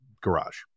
garage